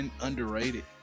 underrated